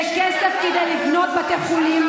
זה כסף כדי לבנות בתי חולים.